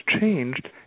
changed